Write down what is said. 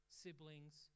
siblings